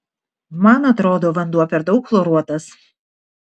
man atrodo vanduo per daug chloruotas